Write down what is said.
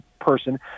person